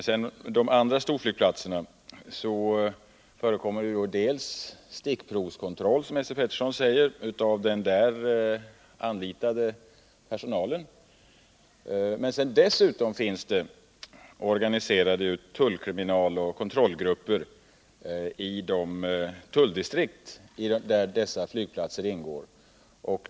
Vid de övriga storflygplatserna förekommer det dels, som Esse Petersson säger, stickprovskontroller, som utförs av den där anlitade personalen, dels organiserade tullkriminaloch kontrollgrupper i de tulldistrikt där dessa flygplatser är belägna.